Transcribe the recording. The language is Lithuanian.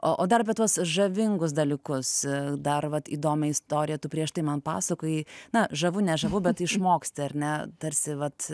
o o dar apie tuos žavingus dalykus dar vat įdomią istoriją tu prieš tai man pasakojai na žavu ne žavu bet išmoksti ar ne tarsi vat